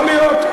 יכול להיות.